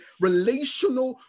relational